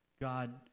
God